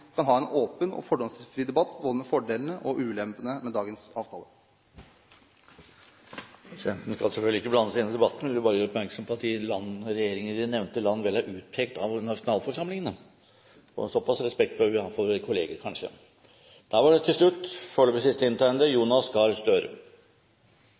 åpen og fordomsfri debatt både om fordelene og ulempene med dagens avtale. Presidenten skal selvfølgelig ikke blande seg inn i debatten, men vil bare gjøre oppmerksom på at regjeringer i de nevnte land er utpekt av nasjonalforsamlingene – såpass respekt bør vi ha for